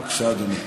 בבקשה, אדוני.